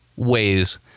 ways